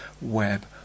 web